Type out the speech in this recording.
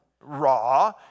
raw